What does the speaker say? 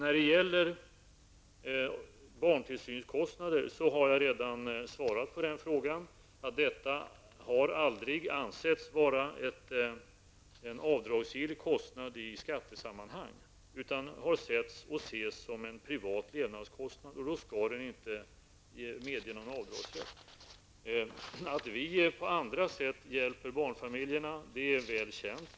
Frågan om barntillsynskostnader har jag redan svarat på, nämligen att detta aldrig har ansetts vara avdragsgilla kostnader i skattesammanhang, utan de har setts och ses som en privat levnadskostnad, och då skall någon avdragsrätt inte medges. Att vi på andra sätt hjälper barnfamiljerna är väl känt.